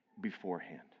beforehand